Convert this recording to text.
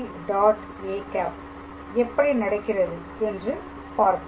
â எப்படி நடக்கிறது என்று பார்ப்போம்